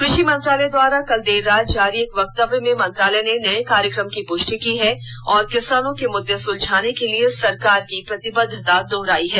कृषि मंत्रालय द्वारा कल देर रात जारी एक वक्तत्व में मंत्रालय ने नए कार्यक्रम की पुष्टि की है और किसानों के मुद्दे सुलझाने के लिए सरकार की प्रतिबद्धता दोहराई है